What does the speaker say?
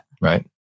Right